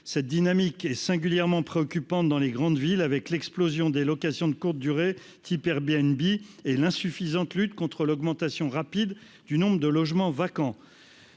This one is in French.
Cette dynamique est singulièrement préoccupante dans les grandes villes, avec l'explosion des locations de courtes durées, du type Airbnb, et l'insuffisante lutte contre l'augmentation rapide du nombre de logements vacants.